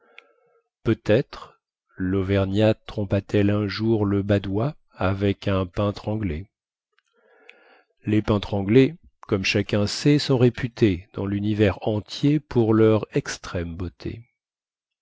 peut-être lauvergnate trompa t elle un jour le badois avec un peintre anglais les peintres anglais comme chacun sait sont réputés dans lunivers entier pour leur extrême beauté